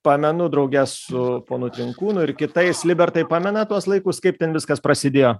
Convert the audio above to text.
pamenu drauge su ponu trinkūno ir kitais libertai pamena tuos laikus kaip ten viskas prasidėjo